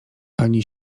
ani